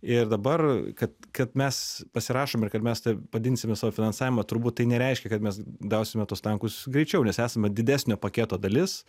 ir dabar kad kad mes pasirašom ir kad mes padidinsime savo finansavimą turbūt tai nereiškia kad mes gausime tuos tankus greičiau nes esame didesnio paketo dalis